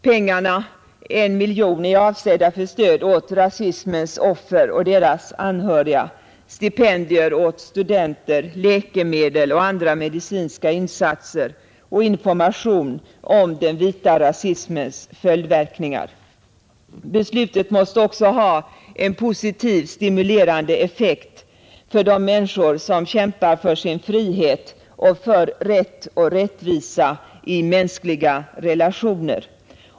Pengarna, 1 miljon kronor, är avsedda för stöd åt rasismens offer och deras anhöriga, till stipendier åt studenter, till läkemedel och andra medicinska insatser och till information om den vita rasismens följdverkningar. Beslutet måste också ha en positiv, stimulerande effekt för de människor som kämpar för sin frihet och för rätt och rättvisa i mänskliga relationer.